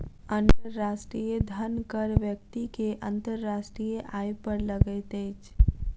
अंतर्राष्ट्रीय धन कर व्यक्ति के अंतर्राष्ट्रीय आय पर लगैत अछि